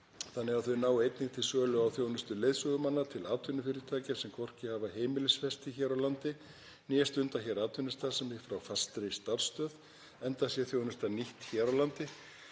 þannig að þau nái einnig til sölu á þjónustu leiðsögumanna til atvinnufyrirtækja, sem hvorki hafa heimilisfesti hér á landi né stunda hér atvinnustarfsemi frá fastri starfsstöð, enda sé þjónustan nýtt hér á landi.